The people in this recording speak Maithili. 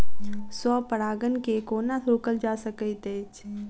स्व परागण केँ कोना रोकल जा सकैत अछि?